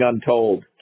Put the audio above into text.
untold